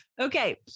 Okay